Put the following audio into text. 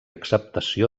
acceptació